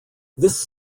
this